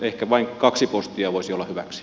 ehkä vain kaksi postia voisi olla hyväksi